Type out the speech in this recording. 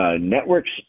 networks